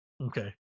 Okay